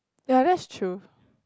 yeah that's true